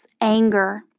anger